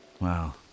Wow